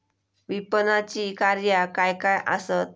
विपणनाची कार्या काय काय आसत?